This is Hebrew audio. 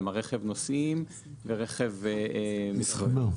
כלומר רכב נוסעים ורכב מסחרי.